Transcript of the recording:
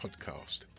podcast